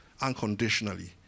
unconditionally